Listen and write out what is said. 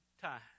time